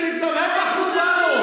אין לנו בעיה עם הערבים.